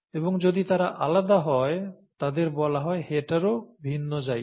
এবং যদি তারা আলাদা হয় তাদের বলা হয় হেটারো ভিন্ন জাইগাস